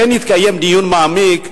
כן לקיים דיון מעמיק,